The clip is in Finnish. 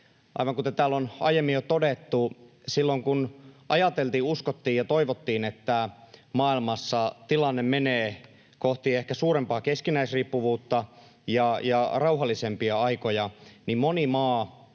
Aivan kuten täällä on jo aiemmin todettu, silloin kun ajateltiin, uskottiin ja toivottiin, että maailmassa tilanne ehkä menee kohti suurempaa keskinäisriippuvuutta ja rauhallisempia aikoja, niin moni maa,